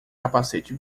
capacete